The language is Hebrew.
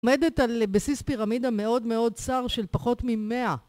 עומדת על בסיס פירמידה מאוד מאוד צר של פחות ממאה